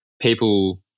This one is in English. people